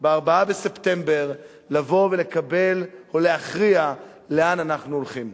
ב-4 בספטמבר לבוא ולהכריע לאן אנחנו הולכים.